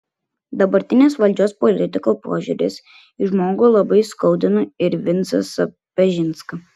dabartinės valdžios politikų požiūris į žmogų labai skaudina ir vincą sapežinską